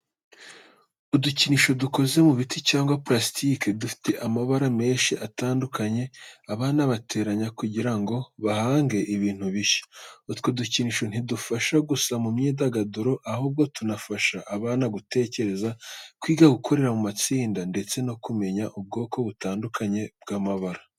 Udukinisho dukoze mu biti cyangwa purasitike, dufite amabara menshi atandukanye abana bateranya kugira ngo bahange ibintu bishya. Utwo dukinisho ntidufasha gusa mu myidagaduro, ahubwo tunafasha abana gutekereza, kwiga gukorera mu matsinda, ndetse no kumenya ubwoko butandukanye bw'amabara.